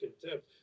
contempt